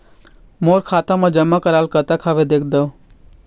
मोर खाता मा जमा कराल कतना हवे देख देव?